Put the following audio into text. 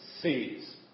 sees